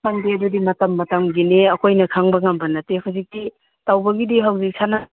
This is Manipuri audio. ꯈꯪꯗꯦ ꯑꯗꯨꯗꯤ ꯃꯇꯝ ꯃꯇꯝꯒꯤꯅꯤ ꯑꯩꯈꯣꯏꯅ ꯈꯪꯕ ꯉꯝꯕ ꯅꯠꯇꯦ ꯍꯧꯖꯤꯛꯇꯤ ꯇꯧꯕꯒꯤꯗꯤ ꯍꯧꯖꯤꯛ ꯁꯅꯥ